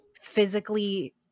physically